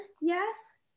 yes